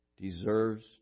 deserves